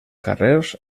carrers